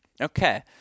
Okay